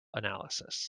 analysis